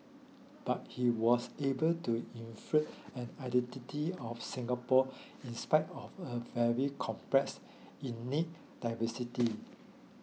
but he was able to infuse an identity of Singapore in spite of a very complex diversity